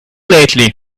lately